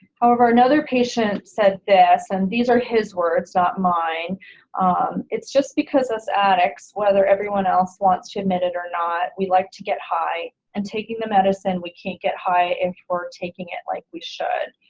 however another patient said this and these are his words not mine it's just because us addicts, whether everyone else wants to admit it or not, we like to get high and taking the medicine we can't get high if we're taking it like we should.